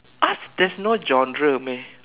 art there's no genre meh